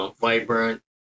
Vibrant